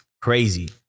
crazy